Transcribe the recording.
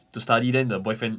to study then the boyfriend